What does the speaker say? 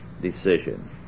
decision